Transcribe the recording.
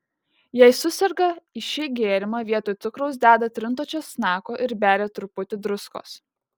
jei suserga į šį gėrimą vietoj cukraus deda trinto česnako ir beria truputį druskos